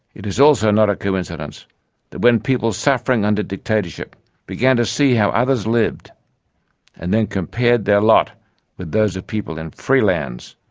it is also not a coincidence that when people suffering under dictatorship began to see how others lived and then compared their lot with those people in free lands,